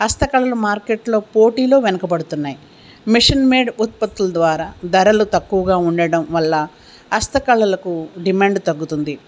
హస్తకళలు మార్కెట్లో పోటీలో వెనకబడుతున్నాయి మిషన్మేడ్ ఉత్పత్తుల ద్వారా ధరలు తక్కువగా ఉండడం వల్ల హస్తకళలకు డిమాండ్ తగ్గుతుంది